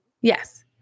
Yes